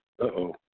Uh-oh